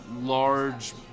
large